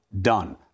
done